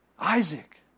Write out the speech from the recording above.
Isaac